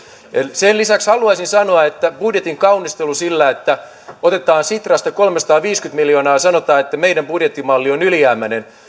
sen lisäksi haluaisin sanoa että budjetin kaunistelu sillä että otetaan sitrasta kolmesataaviisikymmentä miljoonaa ja sanotaan että meidän budjettimallimme on ylijäämäinen